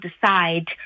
decide